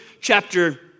chapter